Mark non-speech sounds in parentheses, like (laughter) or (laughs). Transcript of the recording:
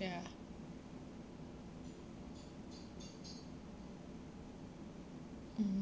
ya mm (laughs)